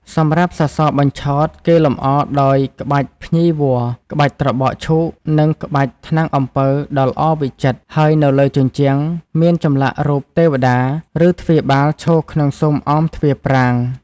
សម្រាប់សសរបញ្ឆោត គេលម្អដោយក្បាច់ភ្ញីវល្លិ៍ ក្បាច់ត្របកឈូក និងក្បាច់ ថ្នាំងអំពៅដ៏ល្អវិចិត្រ ហើយនៅលើជញ្ជាំងមានចម្លាក់រូបទេវតា ឬទ្វារបាលឈរក្នុងស៊ុមអមទ្វារប្រាង្គ។